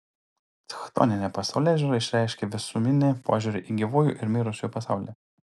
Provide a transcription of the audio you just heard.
chtoninė pasaulėžiūra išreiškia visuminį požiūrį į gyvųjų ir mirusiųjų pasaulį